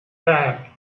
that